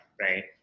right